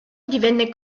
divenne